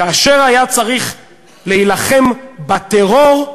כאשר היה צריך להילחם בטרור,